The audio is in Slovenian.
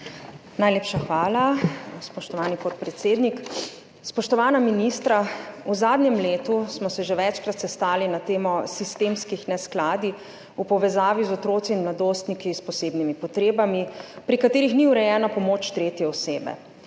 Najlepša hvala, spoštovani podpredsednik. Spoštovana ministra! V zadnjem letu smo se že večkrat sestali na temo sistemskih neskladij v povezavi z otroki in mladostniki s posebnimi potrebami, pri katerih ni urejena pomoč tretje osebe.